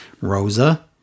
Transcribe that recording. Rosa